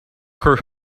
her